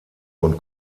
und